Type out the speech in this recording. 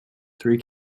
three